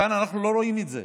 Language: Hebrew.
כאן אנחנו לא רואים את זה